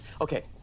Okay